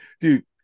dude